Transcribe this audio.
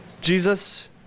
Jesus